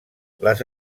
les